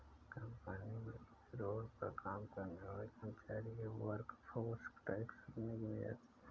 company में payroll पर काम करने वाले कर्मचारी ही वर्कफोर्स टैक्स में गिने जाते है